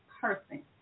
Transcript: person